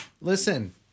Listen